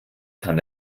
kann